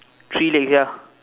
three legs ya